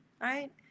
right